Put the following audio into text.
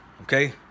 okay